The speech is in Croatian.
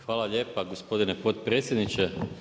Hvala lijepa gospodine potpredsjedniče.